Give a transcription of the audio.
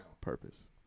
Purpose